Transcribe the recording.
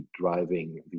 driving